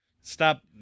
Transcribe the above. stop